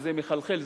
שזה מחלחל,